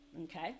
okay